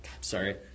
sorry